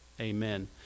Amen